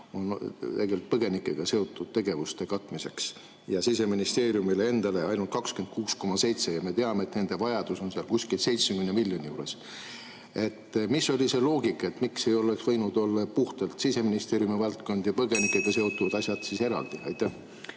on põgenikega seotud tegevuste katmiseks. Ja Siseministeeriumile endale on ainult 26,7 miljonit. Aga me teame, et nende vajadus on 70 miljoni juures. Mis oli see loogika? Miks ei oleks võinud olla puhtalt Siseministeeriumi valdkond ja põgenikega seotud asjad eraldi? Aitäh!